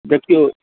देखिऔ